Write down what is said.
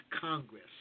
Congress